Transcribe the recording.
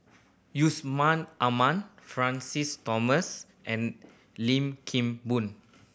Yusman Aman Francis Thomas and Lim Kim Boon